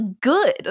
good